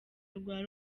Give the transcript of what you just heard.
urubanza